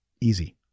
Easy